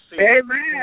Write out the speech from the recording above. Amen